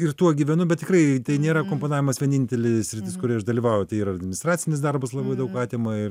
ir tuo gyvenu bet tikrai tai nėra komponavimas vienintelė sritis kurioje aš dalyvauju tai yra administracinis darbas labai daug atima ir